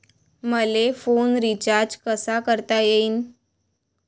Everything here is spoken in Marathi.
मले फोन रिचार्ज कसा करता येईन?